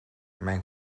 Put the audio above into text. mijn